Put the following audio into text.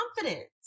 confidence